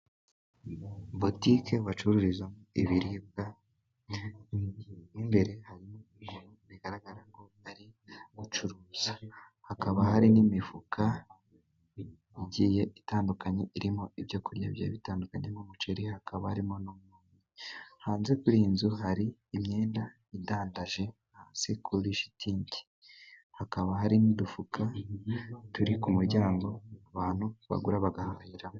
Butike bacururizamo ibiribwa, imbere harimo, bigaragara ko bari gucuruza. Hakaba hari n'imifuka igiye itandukanye, irimo ibyo kurya bigiye bitandukanye nk'umuceri, hakaba harimo. Hanze kuri iyi nzu hari imyenda idandaje hasi kuri shitingi, hakaba hari n'udufuka turi ku muryango abantu bagura bagahahiramo.